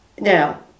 Now